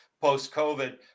post-COVID